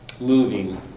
moving